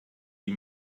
die